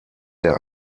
der